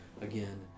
again